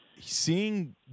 seeing